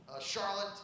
Charlotte